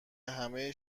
همه